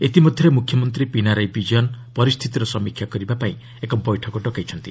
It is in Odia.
ଇତିମଧ୍ୟରେ ମୁଖ୍ୟମନ୍ତ୍ରୀ ପିନାରାୟି ବିଜୟ ପରିସ୍ଥିତିର ସମୀକ୍ଷା କରିବାକୁ ଏକ ବୈଠକ ଡକାଇଥିଲେ